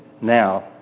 now